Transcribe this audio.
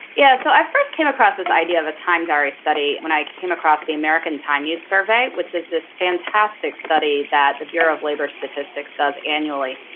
yeah. so i first came across this idea of a time diary study when i came across the american time use survey, which is this fantastic fantastic study that the bureau of labor statistics does annually.